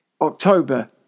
October